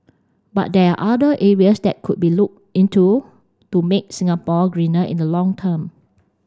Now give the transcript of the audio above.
but there are other areas that could be looked into to make Singapore greener in the long term